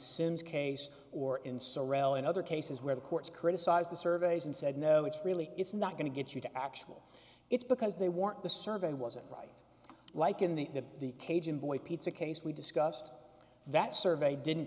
sims case or in seraing other cases where the courts criticized the surveys and said no it's really it's not going to get you to actual it's because they want the survey wasn't right like in the the the cajun boy pizza case we discussed that survey didn't